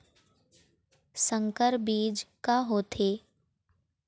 संकर बीज का होथे?